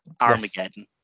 Armageddon